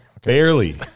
Barely